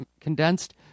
condensed